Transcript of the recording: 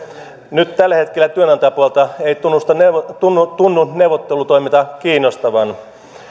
nyt tällä hetkellä työnantajapuolta ei tunnu tunnu neuvottelutoiminta kiinnostavan